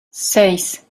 seis